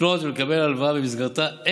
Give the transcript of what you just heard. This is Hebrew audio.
לפנות ולקבל הלוואה במסגרתה.